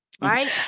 right